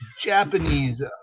Japanese